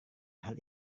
hal